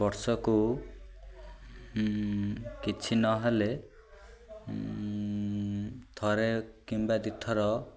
ବର୍ଷକୁ କିଛି ନହେଲେ ଥରେ କିମ୍ବା ଦୁଇଥର